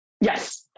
Yes